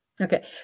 Okay